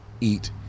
eat